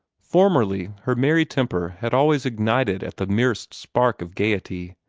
formerly her merry temper had always ignited at the merest spark of gayety.